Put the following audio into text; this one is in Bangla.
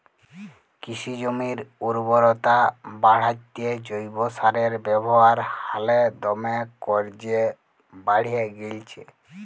কিসি জমির উরবরতা বাঢ়াত্যে জৈব সারের ব্যাবহার হালে দমে কর্যে বাঢ়্যে গেইলছে